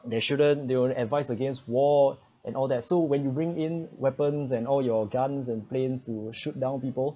they shouldn't they will advise against war and all that so when you bring in weapons and all your guns and planes to shoot down people